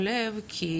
יש לי שאלה לגבי